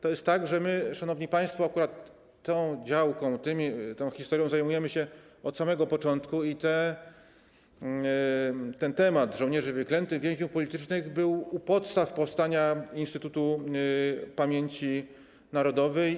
To jest tak, że my, szanowni państwo, akurat tą działką, tą historią, zajmujemy się od samego początku i temat żołnierzy wyklętych, więźniów politycznych leżał u podstaw powstania Instytutu Pamięci Narodowej.